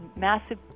massive